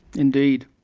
indeed.